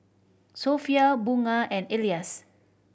Sofea Bunga and Elyas